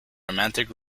romantic